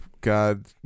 God